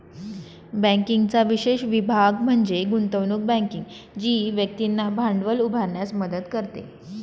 बँकिंगचा विशेष विभाग म्हणजे गुंतवणूक बँकिंग जी व्यक्तींना भांडवल उभारण्यास मदत करते